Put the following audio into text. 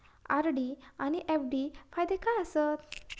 RD आनि FD फायदे काय आसात?